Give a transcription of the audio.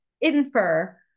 infer